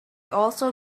also